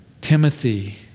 Timothy